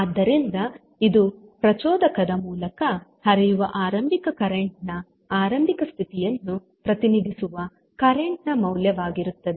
ಆದ್ದರಿಂದ ಇದು ಪ್ರಚೋದಕದ ಮೂಲಕ ಹರಿಯುವ ಆರಂಭಿಕ ಕರೆಂಟ್ ನ ಆರಂಭಿಕ ಸ್ಥಿತಿಯನ್ನು ಪ್ರತಿನಿಧಿಸುವ ಕರೆಂಟ್ ನ ಮೌಲ್ಯವಾಗಿರುತ್ತದೆ